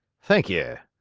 thank ye,